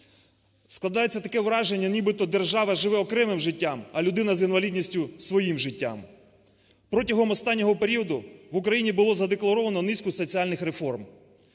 Складається таке враження, нібито держава живе окремим життям, а людина з інвалідністю своїм життям. Протягом останнього періоду в Україні було задекларовано низку соціальних реформ,